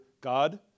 God